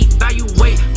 Evaluate